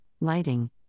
lighting